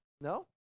No